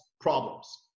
problems